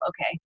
okay